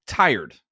tired